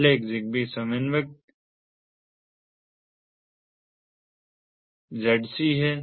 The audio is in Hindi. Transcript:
पहले एक ZigBee समन्वयक ZC है